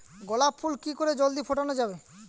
গোলাপ ফুল কি করে জলদি ফোটানো যাবে?